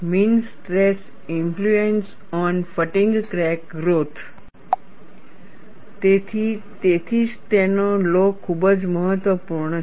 mean stress influence on fatigue crack growth તેથી તેથી જ તેનો લૉ ખૂબ જ મહત્વપૂર્ણ છે